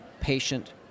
patient